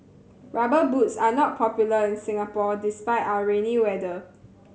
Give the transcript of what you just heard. Rubber Boots are not popular in Singapore despite our rainy weather